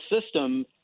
system